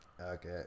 Okay